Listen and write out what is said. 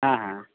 হ্যাঁ হ্যাঁ